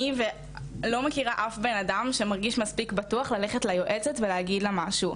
אני לא מכירה אף בן אדם שמרגיש מספיק פתוח ללכת ליועצת ולהגיד לה משהו.